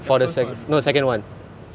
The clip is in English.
the first [one] the first [one]